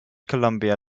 columbia